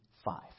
Five